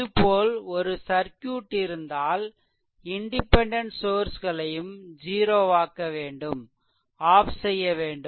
இதுபோல் ஒரு சர்க்யூட் இருந்தால் இண்டிபெண்டென்ட் சோர்ஸ்களையும் ஜீரோவாக்கவேண்டும் ஆஃப் செய்யவேண்டும்